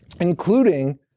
Including